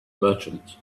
merchant